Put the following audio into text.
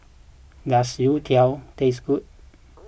does Youtiao taste good